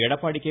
Edappadi K